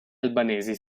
albanesi